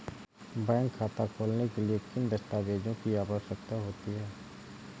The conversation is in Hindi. बैंक खाता खोलने के लिए किन दस्तावेजों की आवश्यकता होती है?